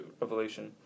revelation